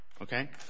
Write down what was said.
Okay